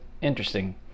Interesting